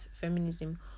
feminism